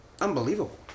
unbelievable